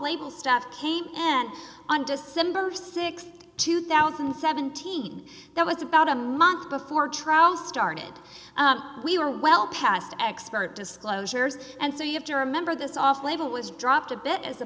label stuff came and on december th two thousand and seventeen that was about a month before trial started we were well past expert disclosures and so you have to remember this off label was dropped a bit as a